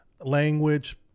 language